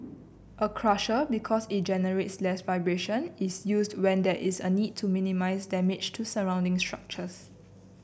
a crusher because it generates less vibration is used when there is a need to minimise damage to surrounding structures